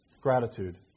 Gratitude